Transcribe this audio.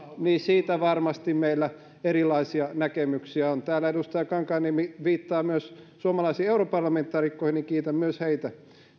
niin siitä varmasti meillä on erilaisia näkemyksiä täällä edustaja kankaanniemi viittaa myös suomalaisiin europarlamentaarikkoihin kiitän myös heitä